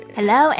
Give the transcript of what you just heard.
Hello